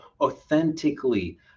authentically